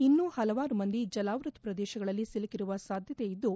ಇನ್ನೂ ಪಲವಾರು ಮಂದಿ ಜಲಾವ್ಯತ ಪ್ರದೇಶಗಳಲ್ಲಿ ಸಿಲುಕಿರುವ ಸಾಧ್ಯತೆ ಇದ್ದು